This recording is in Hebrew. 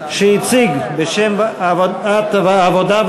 שהציג בשם ועדת העבודה,